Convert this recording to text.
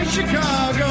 Chicago